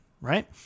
right